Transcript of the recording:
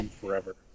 forever